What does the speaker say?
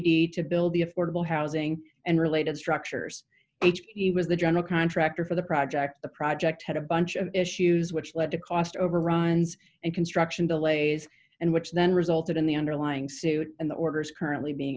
b to build the affordable housing and related structures age he was the general contractor for the project the project had a bunch of issues which led to cost overruns and construction delays and which then resulted in the underlying suit and the orders currently being